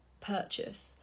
purchase